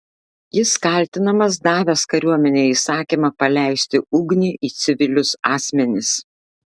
jis kaltinamas davęs kariuomenei įsakymą paleisti ugnį į civilius asmenis